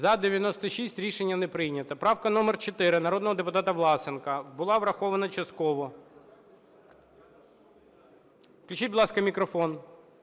За-96 Рішення не прийнято. Правка номер 4 народного депутата Власенка була врахована частково. Включіть, будь ласка, мікрофон.